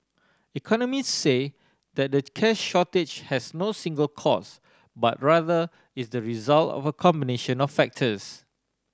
economist say that the cash shortage has no single cause but rather is the result of a combination of factors